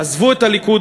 עזבו את הליכוד,